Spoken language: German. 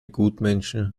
gutmenschen